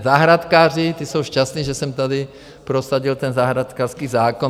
Zahrádkáři, ti jsou šťastní, že jsem tady prosadil ten zahrádkářský zákon.